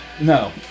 No